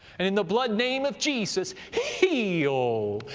and in the blood-name of jesus, heal!